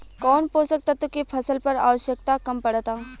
कौन पोषक तत्व के फसल पर आवशयक्ता कम पड़ता?